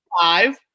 five